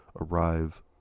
arrive